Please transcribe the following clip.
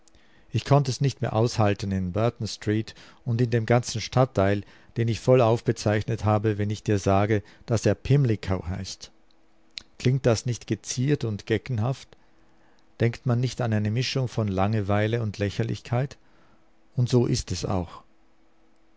ich konnt es nicht mehr aushalten in burton street und in dem ganzen stadtteil den ich vollauf bezeichnet habe wenn ich dir sage daß er pimlico heißt klingt das nicht geziert und geckenhaft denkt man nicht an eine mischung von langeweile und lächerlichkeit und so ist es auch